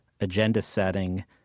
agenda-setting